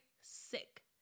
sick